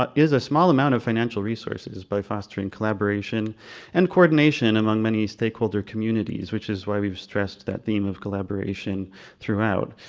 ah is a small amount of financial resources by fostering collaboration and coordination among many stakeholder communities, which is why we've stressed that theme of collaboration throughout.